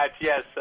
yes